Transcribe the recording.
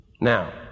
Now